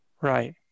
right